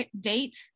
date